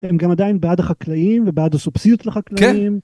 הם גם עדיין בעד החקלאים ובעד הסופסידיות לחקלאים.